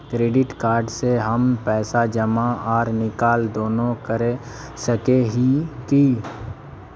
Credit card से हम पैसा जमा आर निकाल दोनों कर सके हिये की?